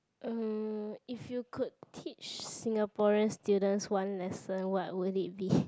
uh if you could teach Singaporean students one lesson what would it be